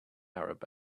arab